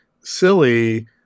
silly